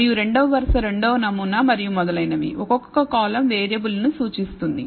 మరియు రెండవ వరుస రెండవ నమూనా మరియు మొదలైనవి ఒక్కొక్క కాలమ్ వేరియబుల్ ను సూచిస్తుంది